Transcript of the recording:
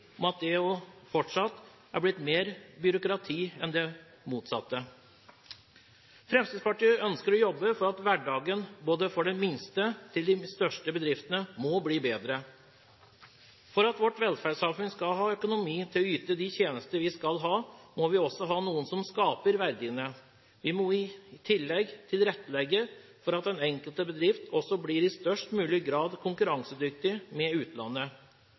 at det fortsatt er blitt mer byråkrati enn det motsatte. Fremskrittspartiet ønsker å jobbe for at hverdagen for bedriftene, fra de minste til de største, må bli bedre. For at vårt velferdssamfunn skal ha økonomi til å yte de tjenester vi skal ha, må vi også ha noen som skaper verdiene. Vi må i tillegg tilrettelegge for at den enkelte bedrift også i størst mulig grad blir konkurransedyktig i forhold til utlandet.